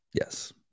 Yes